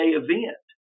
event